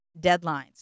deadlines